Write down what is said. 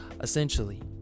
essentially